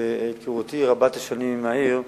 וזאת מהיכרותי רבת השנים עם העיר.